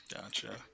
Gotcha